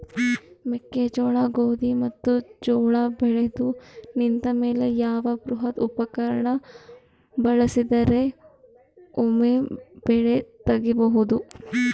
ಮೆಕ್ಕೆಜೋಳ, ಗೋಧಿ ಮತ್ತು ಜೋಳ ಬೆಳೆದು ನಿಂತ ಮೇಲೆ ಯಾವ ಬೃಹತ್ ಉಪಕರಣ ಬಳಸಿದರ ವೊಮೆ ಬೆಳಿ ತಗಿಬಹುದು?